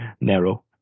narrow